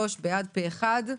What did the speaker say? הצבעה בעד פה אחד אושר.